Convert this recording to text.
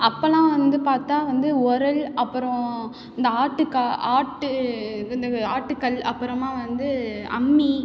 அப்போல்லாம் வந்து பார்த்தா வந்து உரல் அப்பறம் இந்த ஆட்டுக்கா ஆட்டு இந்த ஆட்டுக்கல் அப்புறமா வந்து அம்மி